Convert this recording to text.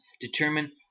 determine